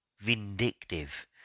Vindictive